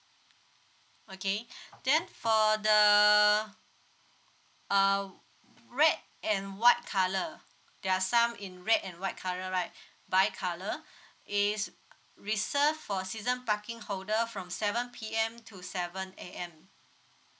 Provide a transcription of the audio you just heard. okay then for the uh red and white colour there are some in red and white colour right by colour is reserved for season parking holder from seven P_M to seven A_M